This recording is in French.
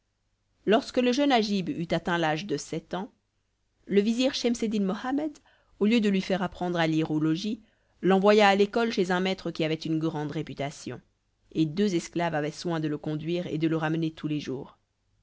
lorsque le jeune agib eut atteint l'âge de sept ans le vizir schemseddin mohammed au lieu de lui faire apprendre à lire au logis l'envoya à l'école chez un maître qui avait une grande réputation et deux esclaves avaient soin de le conduire et de le ramener tous les jours